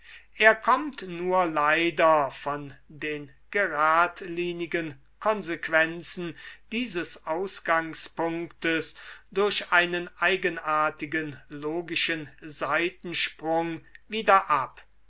er kommt nur leider von den geradlinigen konsequenzen dieses ausgangspunktes durch einen eigenartigen logischen seitensprung wieder ab